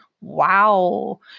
wow